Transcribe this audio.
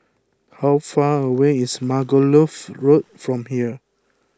how far away is Margoliouth Road from here